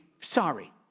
sorry